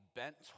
bent